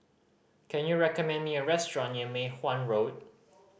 can you recommend me a restaurant near Mei Hwan Road